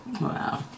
Wow